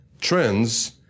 trends